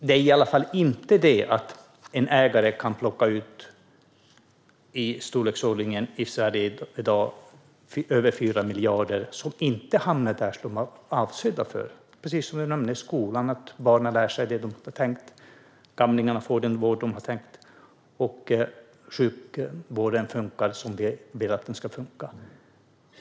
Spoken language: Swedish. Det är i alla fall inte att ägare kan plocka ut över 4 miljarder som inte hamnar där de är avsedda att hamna, det vill säga i skolan så att barnen lär sig det som det är tänkt, hos gamlingarna så att de får den vård det var tänkt och hos sjukvården så att den funkar som vi vill att den ska funka.